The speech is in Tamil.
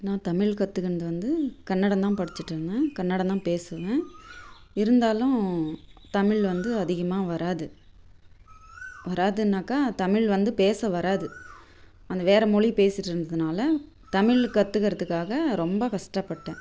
நான் தமிழ் கற்றுக்குனது வந்து கன்னடம் தான் படிச்சுட்ருந்தேன் கன்னடம் தான் பேசுவேன் இருந்தாலும் தமிழ் வந்து அதிகமாக வராது வராதுன்னாக்கால் தமிழ் வந்து பேச வராது அந்த வேறு மொழி பேசிவிட்டு இருந்ததுனால் தமிழ் கற்றுக்கறத்துக்காக ரொம்ப கஷ்டப்பட்டேன்